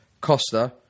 Costa